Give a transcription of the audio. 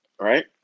right